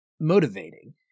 motivating